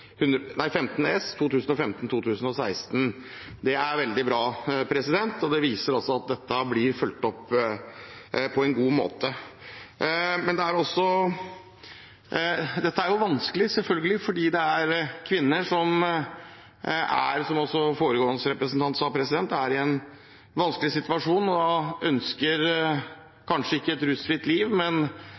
15 S for 2015–2016. Det er veldig bra, og det viser at dette blir fulgt opp på en god måte. Dette er selvfølgelig vanskelig fordi det er kvinner som – som også foregående representant sa – er i en vanskelig situasjon og kanskje ikke ønsker et rusfritt liv,